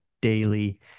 daily